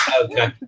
Okay